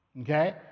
Okay